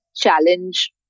challenge